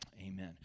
Amen